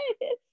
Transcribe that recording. yes